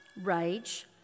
rage